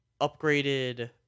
upgraded